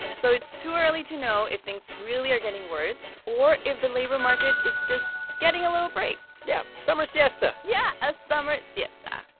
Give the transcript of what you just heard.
so it's too early to know if things really are getting worse or if the labor market is just getting a little break yeah, summer siesta yeah, a summer siesta.